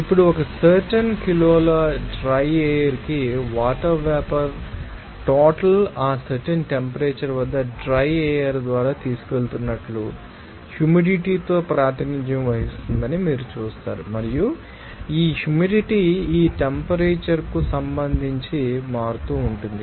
ఇప్పుడు ఒక సర్టెన్ కిలోల డ్రై ఎయిర్ కి వాటర్ వేపర్ టోటల్ ఆ సర్టెన్ టెంపరేచర్ వద్ద డ్రై ఎయిర్ ద్వారా తీసుకువెళుతున్నట్లు హ్యూమిడిటీ తో ప్రాతినిధ్యం వహిస్తుందని మీరు చూస్తారు మరియు ఈ హ్యూమిడిటీ ఈ టెంపరేచర్ కు సంబంధించి మారుతూ ఉంటుంది